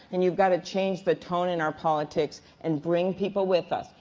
and you've got to change the tone in our politics and bring people with us,